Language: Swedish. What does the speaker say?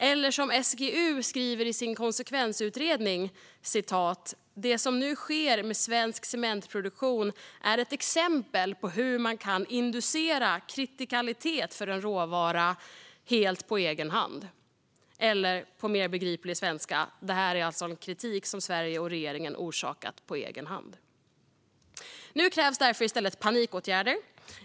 Eller som SGU skriver i sin konsekvensutredning: "Det som nu sker med svensk cementproduktion är ett exempel på hur man kan inducera kritikalitet för en råvara helt på egen hand." Låt mig säga det på mindre byråkratisk svenska: Detta är en kris som Sverige och regeringen har orsakat på egen hand. Nu krävs i stället panikåtgärder.